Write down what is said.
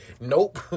nope